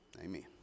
amen